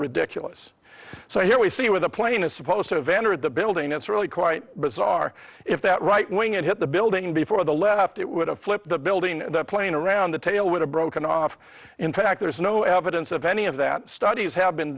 ridiculous so here we see where the plane is supposed to have entered the building it's really quite bizarre if that right wing it hit the building before the left it would have flipped the building and the plane around the tail would have broken off in fact there's no evidence of any of that studies have been